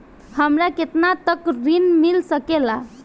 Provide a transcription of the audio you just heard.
हमरा केतना तक ऋण मिल सके ला?